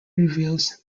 reveals